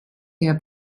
der